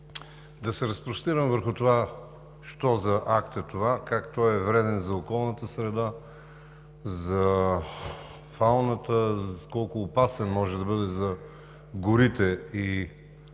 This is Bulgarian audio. Да се разпростирам върху това що за акт е, как това е вредно за околната среда, за фауната, колко опасен може да бъде за горите и